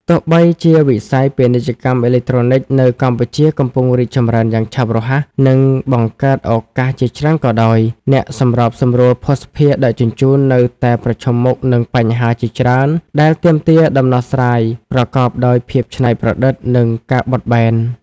ទោះបីជាវិស័យ ពាណិជ្ជកម្មអេឡិចត្រូនិក នៅកម្ពុជាកំពុងរីកចម្រើនយ៉ាងឆាប់រហ័ស និងបង្កើតឱកាសជាច្រើនក៏ដោយ អ្នកសម្របសម្រួលភស្តុភារដឹកជញ្ជូននៅតែប្រឈមមុខនឹងបញ្ហាជាច្រើនដែលទាមទារដំណោះស្រាយប្រកបដោយភាពច្នៃប្រឌិត និងការបត់បែន។